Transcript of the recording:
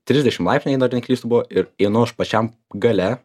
trisdešim laipsnių jei dar neklystu buvo ir einu aš pačiam gale